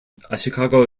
ashikaga